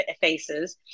faces